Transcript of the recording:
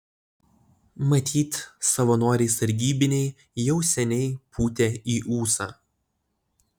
matyt savanoriai sargybiniai jau seniai pūtė į ūsą